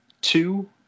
two